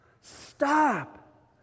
Stop